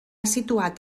situat